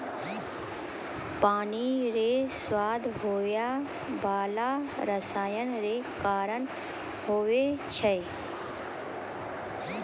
पानी रो स्वाद होय बाला रसायन रो कारण हुवै छै